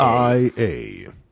IA